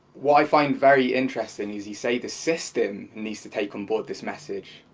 what i find very interesting is you say the system needs to take on board this message,